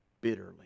bitterly